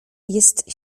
jest